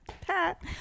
Pat